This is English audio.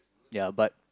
ya but